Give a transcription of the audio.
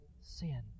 sin